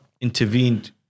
intervened